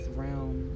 realm